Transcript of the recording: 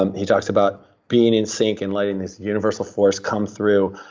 um he talks about being in sync and letting this universal force come through,